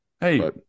Hey